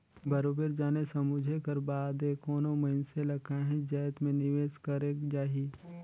बरोबेर जाने समुझे कर बादे कोनो मइनसे ल काहींच जाएत में निवेस करेक जाही